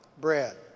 bread